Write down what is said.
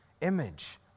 image